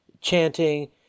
chanting